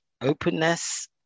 openness